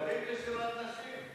אבל אתם מתנגדים לשירת נשים.